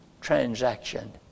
transaction